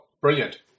brilliant